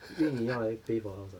因为你用来 pay for house ah